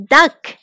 Duck